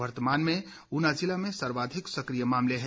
वर्तमान में उना जिला में सर्वाधिक सक्रिय मामले हैं